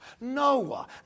Noah